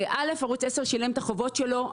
דבר ראשון, ערוץ 10 שילם את החובות שלו.